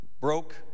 Broke